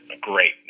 Great